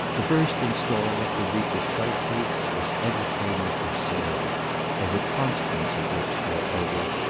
the first instalment would be precisely this entertainment of sarah as a consequence of which moreover,